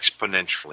exponentially